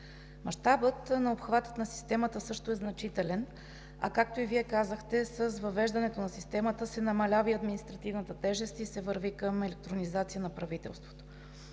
Мащабът на обхвата на системата също е значителен, а както и Вие казахте, с въвеждането на системата се намалява и административната тежест и се върви към електронизация на правителството.